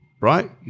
Right